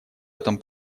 этом